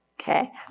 Okay